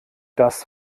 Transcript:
das